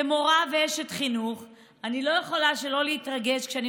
כמורה ואשת חינוך אני לא יכולה שלא להתרגש כשאני